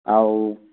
ଆଉ